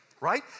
right